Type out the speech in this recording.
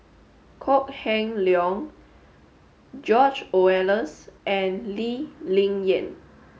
Kok Heng Leun George Oehlers and Lee Ling Yen